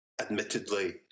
admittedly